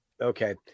Okay